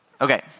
Okay